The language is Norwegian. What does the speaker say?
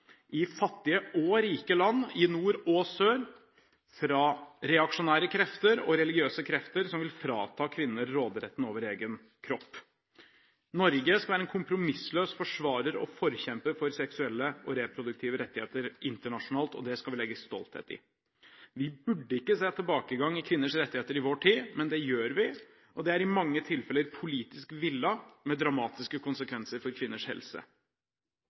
i fattige og i rike land, i nord og i sør, fra reaksjonære krefter og religiøse krefter som vil frata kvinner råderetten over egen kropp. Norge skal være en kompromissløs forsvarer og forkjemper for seksuelle og reproduktive rettigheter internasjonalt, og det skal vi legge stolthet i. Vi burde ikke se tilbakegang i kvinners rettigheter i vår tid, men det gjør vi. Det er i mange tilfeller politisk villet, med dramatiske konsekvenser for kvinners helse.